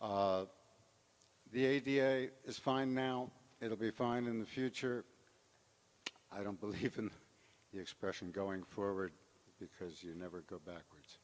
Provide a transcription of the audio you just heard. trees the idea is fine now it'll be fine in the future i don't believe in the expression going forward because you never go backwards